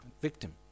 Victim